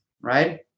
right